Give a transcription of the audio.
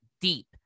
deep